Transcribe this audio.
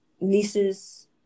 nieces